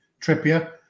Trippier